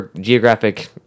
geographic